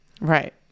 Right